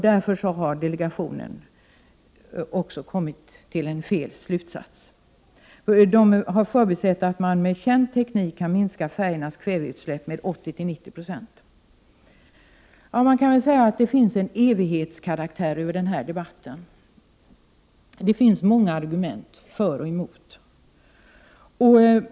Därför har delegationen kommit till en felaktig slutsats. Man har förbisett att man med känd teknik kan minska färjornas kväveutsläpp med 80-90 96. Man kan säga att det finns en evighetskaraktär över den här debatten. Det finns många argument för och emot.